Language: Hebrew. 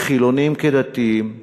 חילונים כדתיים וחרדים,